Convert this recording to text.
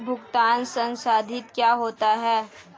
भुगतान संसाधित क्या होता है?